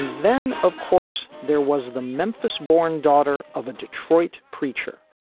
then, of course, there was the memphis born daughter of a detroit preacher.